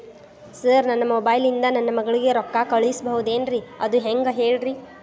sir ನನ್ನ mobile ಇಂದ ನನ್ನ ಮಗಳಿಗೆ ರೊಕ್ಕಾ ಕಳಿಸಬಹುದೇನ್ರಿ ಅದು ಹೆಂಗ್ ಹೇಳ್ರಿ